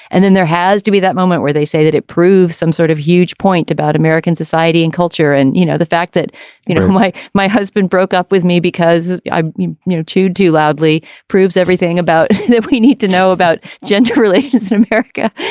and then there has to be that moment where they say that it proves some sort of huge point about american society and culture and you know the fact that you know my my husband broke up with me because i you know chewed to do loudly proves everything about it. we need to know about gender relations in america.